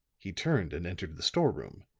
he turned and entered the store room,